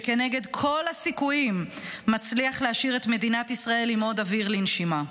שכנגד כל הסיכויים מצליח להשאיר את מדינת ישראל עם עוד אוויר לנשימה,